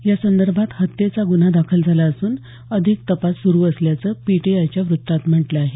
यासंदर्भात हत्येचा गुन्हा दाखल झाला असून अधिक तपास सुरू असल्याचं पीटीआयच्या वृत्तात म्हटलं आहे